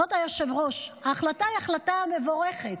כבוד היושב-ראש, ההחלטה היא החלטה מבורכת.